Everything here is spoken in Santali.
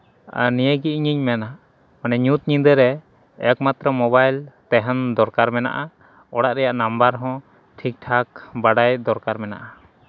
ᱱᱤᱭᱟᱹᱜᱮ ᱤᱧᱤᱧ ᱢᱮᱱᱟ ᱢᱟᱱᱮ ᱧᱩᱛ ᱧᱤᱫᱟᱹ ᱨᱮ ᱮᱠᱢᱟᱛᱛᱨᱚ ᱢᱳᱵᱟᱭᱤᱞ ᱛᱟᱦᱮᱱ ᱫᱚᱨᱠᱟᱨ ᱢᱮᱱᱟᱜᱼᱟ ᱚᱲᱟᱜ ᱨᱮᱱᱟᱜ ᱱᱟᱢᱵᱟᱨ ᱦᱚᱸ ᱴᱷᱤᱠ ᱴᱷᱟᱠ ᱵᱟᱰᱟᱭ ᱫᱚᱨᱠᱟᱨ ᱢᱮᱱᱟᱜᱼᱟ